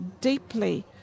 deeply